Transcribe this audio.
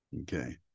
okay